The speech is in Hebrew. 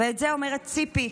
ואת זה אומרת ציפי.